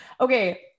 okay